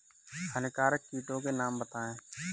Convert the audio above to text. हानिकारक कीटों के नाम बताएँ?